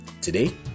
Today